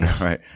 Right